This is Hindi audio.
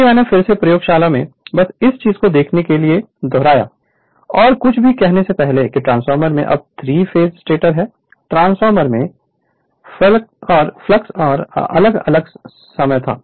इसलिए मैंने फिर से प्रयोगशाला में बस इस चीज को देखने के लिए दोहराया और कुछ भी कहने से पहले कि ट्रांसफार्मर में अब 3 फेस स्टेटर है ट्रांसफार्मर में फ्लक्स का अलग अलग समय था